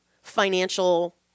financial